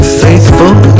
faithful